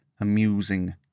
amusing